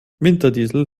winterdiesel